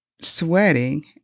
sweating